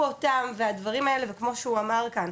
אותם והדברים האלה וכמו שהוא אמר כאן,